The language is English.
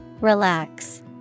Relax